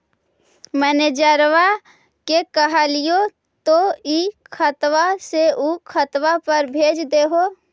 मैनेजरवा के कहलिऐ तौ ई खतवा से ऊ खातवा पर भेज देहै?